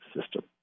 system